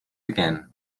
again